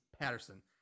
Patterson